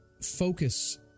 focus